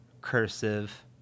Cursive